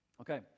Okay